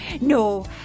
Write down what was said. No